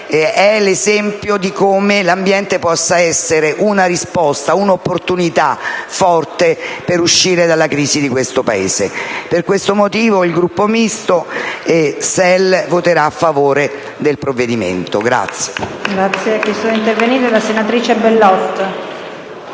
l'esempio di come l'ambiente possa costituire una risposta e un'opportunità importante per uscire dalla crisi in questo Paese. Per tale motivo il Gruppo Misto-SEL voterà a favore del provvedimento.